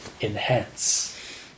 Enhance